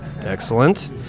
Excellent